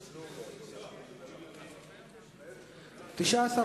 לדיון מוקדם בוועדה שתקבע ועדת הכנסת נתקבלה.